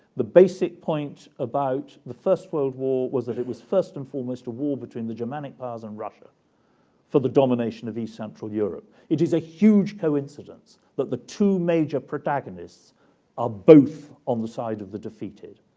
the basic point about the first world war was that it was first and foremost a war between the germanic powers and russia for the domination of east central europe. it is a huge coincidence that the two major protagonists are both on the side of the defeated.